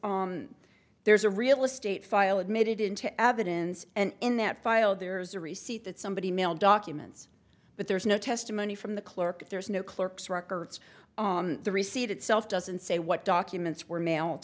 is there's a real estate file admitted into evidence and in that file there's a receipt that somebody mailed documents but there's no testimony from the clerk there's no clerks records the receipt itself doesn't say what documents were maile